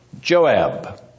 Joab